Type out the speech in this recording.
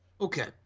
Okay